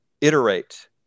iterate